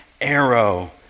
arrow